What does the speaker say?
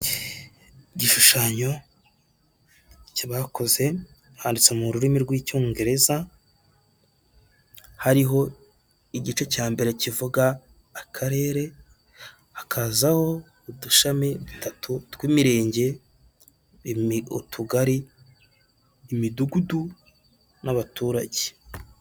Igishushanyo bakoze handitse mu rurimi rw'Icyongereza hariho igice cya mbere kivuga Akarere hakazaho udushami dutatu tw'imirenge, utugari, imidugudu n'abaturage.